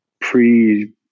pre-